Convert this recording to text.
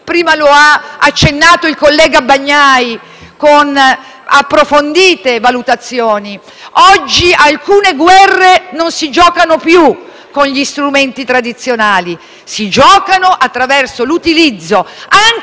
alcune guerre non si giocano più con gli strumenti tradizionali; oggi si giocano attraverso l'utilizzo anche dell'informazione di strumenti legati all'economia digitale. Questo cambia e cambierà